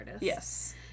Yes